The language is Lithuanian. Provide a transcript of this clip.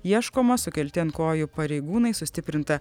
ieškoma sukelti ant kojų pareigūnai sustiprinta